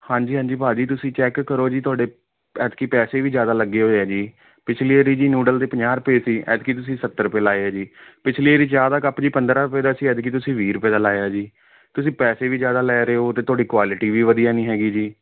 ਹਾਂਜੀ ਹਾਂਜੀ ਭਾਅ ਜੀ ਤੁਸੀਂ ਚੈੱਕ ਕਰੋ ਜੀ ਤੁਹਾਡੇ ਐਤਕੀ ਪੈਸੇ ਵੀ ਜ਼ਿਆਦਾ ਲੱਗੇ ਹੋਏ ਹੈ ਜੀ ਪਿਛਲੀ ਵਾਰੀ ਜੀ ਨੂਡਲ ਦੇ ਪੰਜਾਹ ਰੁਪਏ ਸੀ ਐਤਕੀ ਤੁਸੀਂ ਸੱਤਰ ਰੁਪਏ ਲਾਏ ਹੈ ਜੀ ਪਿਛਲੀ ਵਾਰੀ ਚਾਹ ਦਾ ਕੱਪ ਜੀ ਪੰਦਰ੍ਹਾਂ ਰੁਪਏ ਦਾ ਸੀ ਐਤਕੀ ਤੁਸੀਂ ਵੀਹ ਰੁਪਏ ਦਾ ਲਾਇਆ ਜੀ ਤੁਸੀਂ ਪੈਸੇ ਵੀ ਜ਼ਿਆਦਾ ਲੈ ਰਹੇ ਹੋ ਅਤੇ ਤੁਹਾਡੀ ਕੁਆਲਿਟੀ ਵੀ ਵਧੀਆ ਨਹੀਂ ਹੈਗੀ ਜੀ